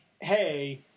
hey